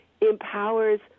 empowers